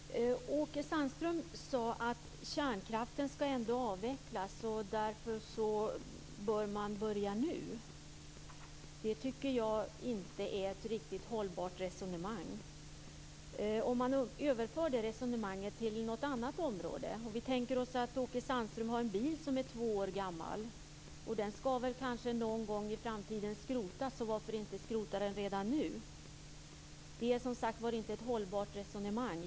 Fru talman! Åke Sandström sade att kärnkraften ändå skall avvecklas och att man därför bör börja nu. Jag tycker inte att det är ett riktigt hållbart resonemang. Låt mig överföra det till ett annat område. Vi kan tänka oss att Åke Sandström har en bil som är två år gammal och som väl någon gång i framtiden skall skrotas. Varför inte skrota den redan nu? Det är, som sagt, inte ett hållbart resonemang.